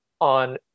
on